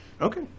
Okay